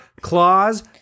claws